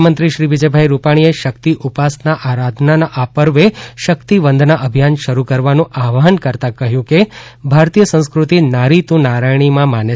મુખ્યમંત્રી શ્રી વિજયભાઇ રૂપાણીએ શક્તિ ઉપાસના આરાધનાના આ પર્વે શક્તિવંદના અભિયાન શરૂ કરવાનું આહવાન કરતાં કહ્યું કે ભારતીય સંસ્કૃતિ નારી તું નારાયણી માં માને છે